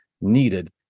needed